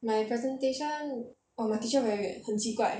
my presentation oh my teacher very weird 很奇怪